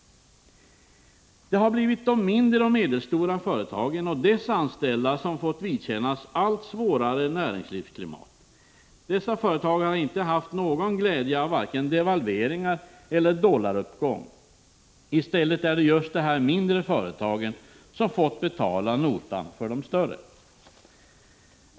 Det har blivit de mindre och medelstora företagen och deras anställda som har fått vidkännas allt svårare näringslivsklimat. Dessa företag har inte haft någon glädje av vare sig devalveringar eller dollaruppgång. I stället är det just de mindre företagen som har fått betala notan för de större.